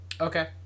Okay